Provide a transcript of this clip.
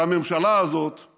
והממשלה הזאת היא